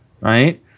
right